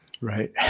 right